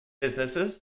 businesses